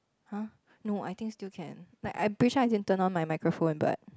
[huh] no I think still can like I'm pretty sure I can turn on my microphone but